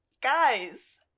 guys